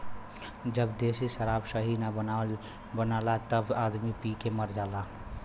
जब देशी शराब सही न बनला तब आदमी पी के मर जालन